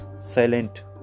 silent